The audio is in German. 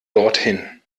dorthin